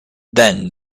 then